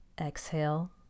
exhale